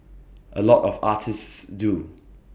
A lot of artists do